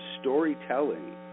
storytelling